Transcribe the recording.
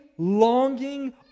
Longing